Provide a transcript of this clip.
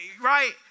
right